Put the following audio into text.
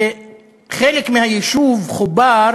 חלק מהיישוב חובר